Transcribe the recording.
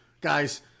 guys